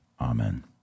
Amen